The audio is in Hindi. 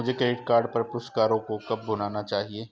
मुझे क्रेडिट कार्ड पर पुरस्कारों को कब भुनाना चाहिए?